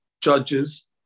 judges